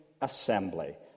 assembly